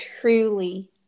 truly